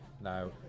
Now